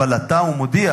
אבל עתה הוא מודיע